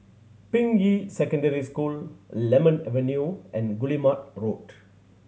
Ping Yi Secondary School Lemon Avenue and Guillemard Road